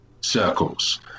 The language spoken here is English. circles